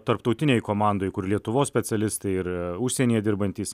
tarptautinėj komandoj kur lietuvos specialistai ir užsienyje dirbantys